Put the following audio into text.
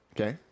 Okay